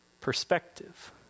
perspective